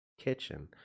kitchen